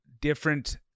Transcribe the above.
different